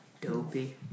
dopey